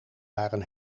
waren